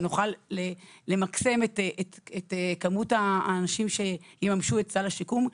שנוכל למקסם את כמות האנשים שיממשו את סל השיקום.